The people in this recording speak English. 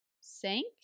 sank